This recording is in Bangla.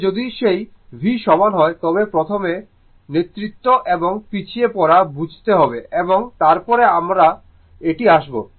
যে যদি সেই v সমান হয় তবে প্রথমে নেতৃত্ব এবং পিছিয়ে পড়া বুঝতে হবে এবং তারপরে আমরা এটিতে আসব